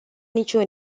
niciun